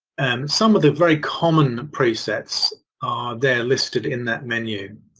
some of the very common presets are there listed in that menu.